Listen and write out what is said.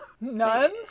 None